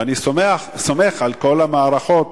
ואני סומך על כל המערכות